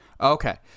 Okay